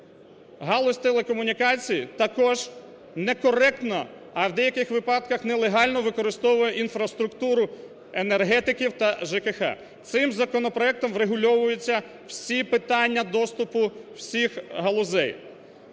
галузь телекомунікацій також некоректно, а в деяких випадках нелегально, використовує інфраструктуру енергетиків та ЖКГ. Цим законопроектом врегульовуються всі питання доступу всіх галузей.